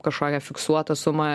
kažkokią fiksuotą sumą